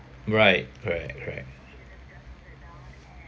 right correct correct